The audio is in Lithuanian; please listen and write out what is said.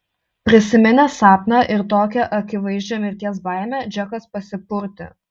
prisiminęs sapną ir tokią akivaizdžią mirties baimę džekas pasipurtė